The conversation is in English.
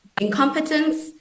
incompetence